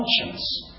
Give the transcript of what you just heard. conscience